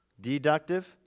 Deductive